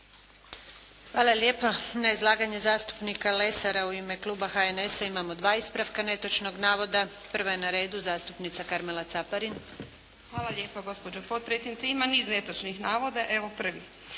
Hvala lijepa. Na izlaganje zastupnika Lesara u ime Kluba HNS-a, imamo dva ispravka netočnog navoda. Prva je na redu zastupnica Karmela Caparin. **Caparin, Karmela (HDZ)** Hvala lijepo gospođo potpredsjednice. Ima niz netočnih navoda, evo prvi,